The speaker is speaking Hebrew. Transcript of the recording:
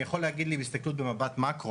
אני יכול להגיד בהסתכלות במבט מקרו,